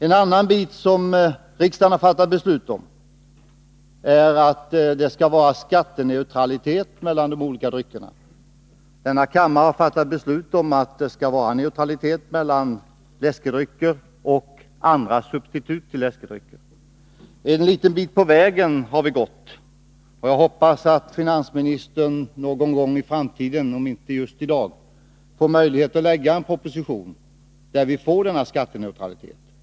Riksdagen har fattat beslut i en annan delfråga, nämligen att det skulle vara skatteneutralitet mellan de olika dryckerna. Kammaren har fattat beslut om att det skulle råda neutralitet mellan läskedrycker och substitut till dem. Vi har gått en bit på vägen därvidlag, och jag hoppas att finansministern någon gång i framtiden — om inte just nu — får möjlighet att lägga fram en proposition som gör att vi kan få denna skatteneutralitet.